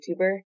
YouTuber